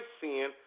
sin